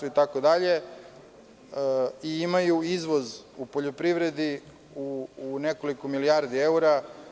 Oni imaju izvoz u poljoprivredi u nekoliko milijardi eura.